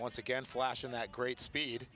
once again flashing that great speed